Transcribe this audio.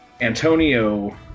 Antonio